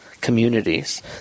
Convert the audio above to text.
communities